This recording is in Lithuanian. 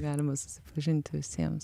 galima susipažinti visiems